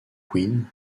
queen